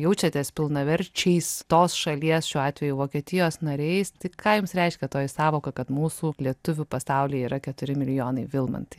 jaučiatės pilnaverčiais tos šalies šiuo atveju vokietijos nariais tai ką jums reiškia toji sąvoka kad mūsų lietuvių pasauly yra keturi milijonai vilmantai